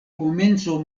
komenco